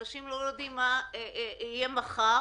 אנשים לא יודעים מה יהיה מחר